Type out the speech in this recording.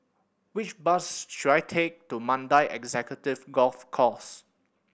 which bus should I take to Mandai Executive Golf Course